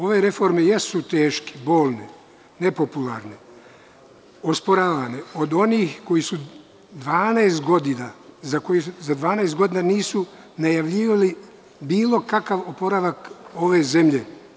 Ove reforme jesu teške, bolne, nepopularne, osporavane, od onih koji za 12 godina nisu najavljivali bilo kakav oporavak ove zemlje.